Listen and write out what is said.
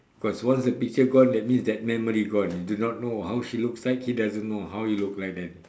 cause once the picture gone that means that memory gone you do not know how she looks like he doesn't know how he look like then